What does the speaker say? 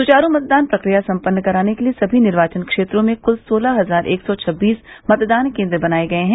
सुचारू मतदान प्रक्रिया सम्पन्न कराने के लिये समी निर्वाचन क्षेत्रों में कुल सोलह हज़ार एक सौ छब्बीस मतदान केन्द्र बनाये गये हैं